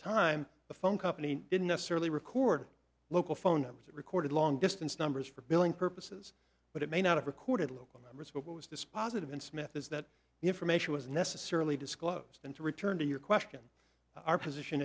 time the phone company didn't necessarily record local phone numbers it recorded long distance numbers for billing purposes but it may not have recorded local numbers but what was dispositive in smith is that the information was necessarily disclosed and to return to your question our position